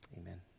Amen